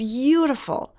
beautiful